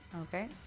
Okay